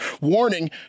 warning